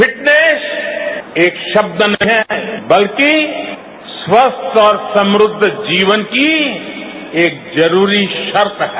fitness एक शब्द नहीं है बल्कि स्वस्थ और समृद्ध जीवन की एक जरूरी शर्त है